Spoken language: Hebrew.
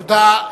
תודה.